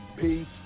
Peace